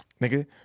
Nigga